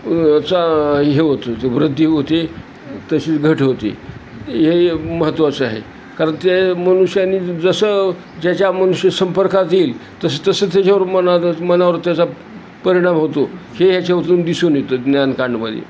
याचा हे होतो ते वृद्धी होते तसेच घट होते हे महत्त्वाचं आहे कारण ते मनुष्यानी जसं ज्याच्या मनुष्य संपर्कात येईल तसं तसंच त्याच्यावर मना मनावर त्याचा परिणाम होतो हे याच्यातून दिसून येतं ज्ञानकांडमध्ये